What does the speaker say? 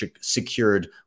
secured